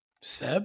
Seb